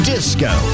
Disco